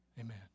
Amen